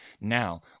Now